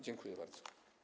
Dziękuję bardzo.